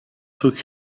took